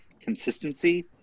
consistency